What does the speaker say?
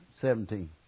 seventeen